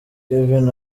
kevin